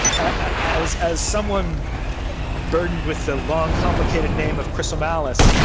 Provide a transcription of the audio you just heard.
ah as as someone ah burdened with a long complicated name of chrisomalis,